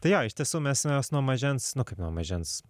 tai jo iš tiesų mes mes nuo mažens nu kaip nuo mažens